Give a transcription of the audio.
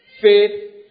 faith